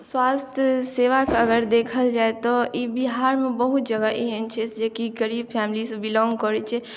स्वास्थ्य सेवाक अगर देखल जाय तऽ ई बिहारमे बहुत जगह एहन छै जे की गरीब फैमिली सँ बिलॉन्ग करै छै